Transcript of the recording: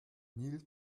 nil